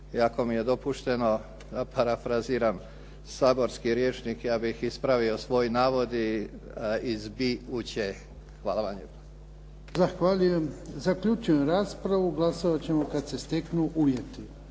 ako mi je dopušteno, da parafraziram saborski rječnik, ja bih ispravio svoj navod i iz bi u će. Hvala vam lijepa. **Jarnjak, Ivan (HDZ)** Zahvaljujem. Zaključujem raspravu. Glasovat ćemo kad se steknu uvjeti.